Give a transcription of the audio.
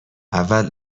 اول